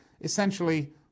Essentially